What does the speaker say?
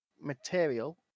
Material